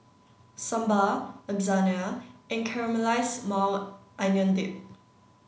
Sambar Lasagna and Caramelized Maui Onion Dip